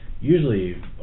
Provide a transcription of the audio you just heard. usually